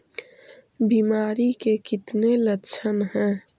बीमारी के कितने लक्षण हैं?